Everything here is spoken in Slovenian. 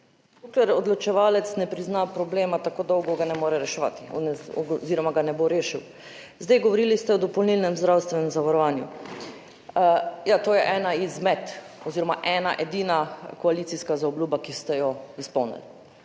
Dokler odločevalec ne prizna problema, tako dolgo ga ne more reševati oziroma ga ne bo rešil. Govorili ste o dopolnilnem zdravstvenem zavarovanju, ja, to je ena izmed oziroma ena edina koalicijska zaobljuba, ki ste jo izpolnili.